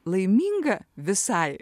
laiminga visai